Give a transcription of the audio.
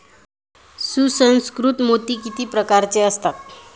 सुसंस्कृत मोती किती प्रकारचे असतात?